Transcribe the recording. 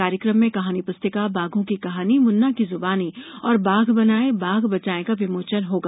कार्यकम में कहानी पुस्तिका बाघों की कहानी मुन्ना की जुबानी और बाघ बनाएं बाघ बचाएं का विमोचन होगा